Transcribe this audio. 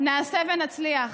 נעשה ונצליח.